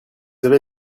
avez